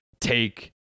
take